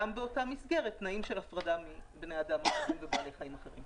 באותה מסגרת גם תנאים של הפרדה מבני אדם ומבעלי חיים אחרים.